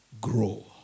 grow